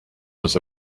was